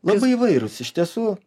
labai įvairūs iš tiesų